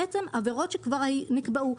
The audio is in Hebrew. בעצם עבירות שכבר נקבעו,